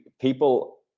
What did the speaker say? people